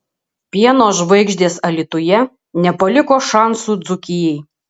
pieno žvaigždės alytuje nepaliko šansų dzūkijai